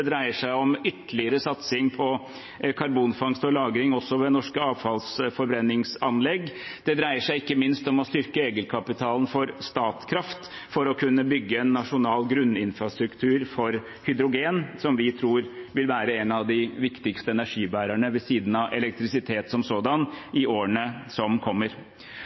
dreier seg om ytterligere satsing på karbonfangst og -lagring også ved norske avfallsforbrenningsanlegg. Det dreier seg ikke minst om å styrke egenkapitalen for Statkraft for å kunne bygge en nasjonal grunninfrastruktur for hydrogen, som vi tror vil være en av de viktigste energibærerne ved siden av elektrisitet som sådan i årene som kommer.